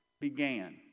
began